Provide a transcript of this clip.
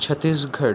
Chhattisgarh